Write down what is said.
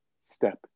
step